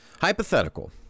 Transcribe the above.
hypothetical